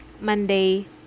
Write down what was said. Monday